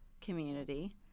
community